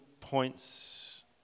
points